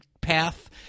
path